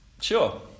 Sure